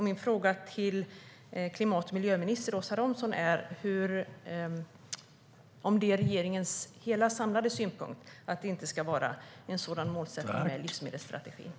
Är det regeringens samlade synpunkt, klimat och miljöminister Åsa Romson, att det inte ska finnas ett sådant mål för livsmedelsstrategin?